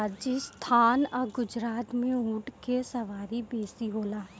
राजस्थान आ गुजरात में ऊँट के सवारी बेसी होला